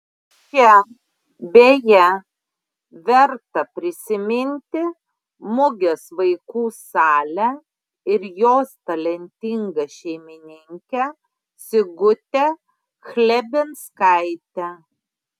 čia beje verta prisiminti mugės vaikų salę ir jos talentingą šeimininkę sigutę chlebinskaitę